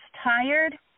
tired